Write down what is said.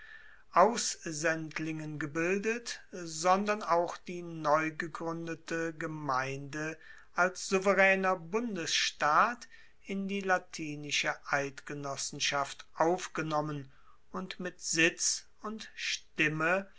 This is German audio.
aussendlingen gebildet sondern auch die neugegruendete gemeinde als souveraener bundesstaat in die latinische eidgenossenschaft aufgenommen und mit sitz und stimme